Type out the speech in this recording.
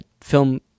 Film